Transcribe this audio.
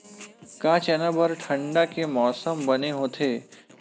का चना बर ठंडा के मौसम बने होथे?